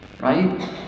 Right